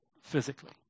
physically